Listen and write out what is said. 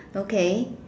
okay